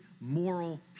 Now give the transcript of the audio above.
moral